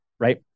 right